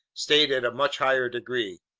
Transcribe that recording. stayed at a much higher degree.